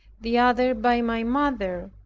the other by my mother.